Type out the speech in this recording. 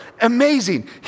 Amazing